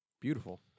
beautiful